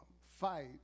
fight